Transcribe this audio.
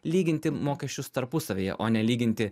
lyginti mokesčius tarpusavyje o ne lyginti